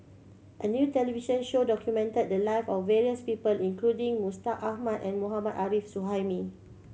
a new television show documented the life of various people including Mustaq Ahmad and Mohammad Arif Suhaimi